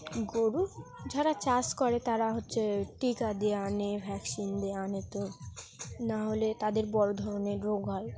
গরু যারা চাষ করে তারা হচ্ছে টিকা দিয়ে আনে ভ্যাকসিন দিয়ে আনে তো না হলে তাদের বড় ধরনের রোগ হয়